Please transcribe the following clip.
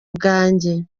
bwanjye